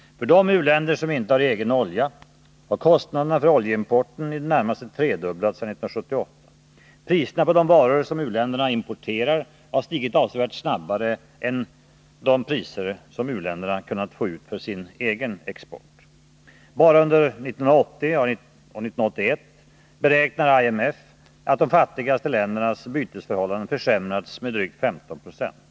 För de u-länder som inte har egen olja har kostnaderna för oljeimporten i det närmaste tredubblats sedan 1978. Priserna på de varor som u-länder importerar har stigit avsevärt snabbare än de priser som u-länderna kunnat få ut för sin export. Bara under 1980 och 1981 beräknar IMF att de fattigaste ländernas bytesförhållande försämrats med drygt 15 96.